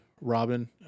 Robin